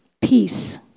peace